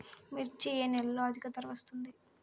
మిర్చి ఏ నెలలో అధిక ధర వస్తుంది?